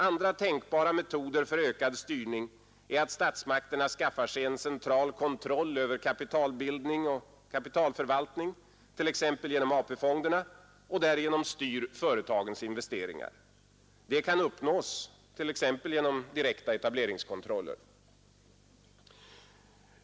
Andra tänkbara metoder för ökad styrning är att statsmakterna skaffar sig en central kontroll över kapitalbildning och kapitalförvaltning, t.ex. genom AP-fonderna, och därigenom styr företagens investeringar. Det kan uppnås genom t.ex. direkta etableringskontroller.